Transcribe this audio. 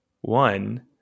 one